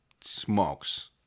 smokes